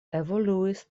evoluis